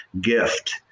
gift